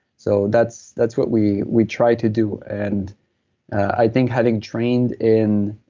so that's that's what we we try to do, and i think having trained in